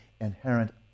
inherent